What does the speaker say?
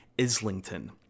Islington